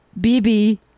BB